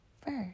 first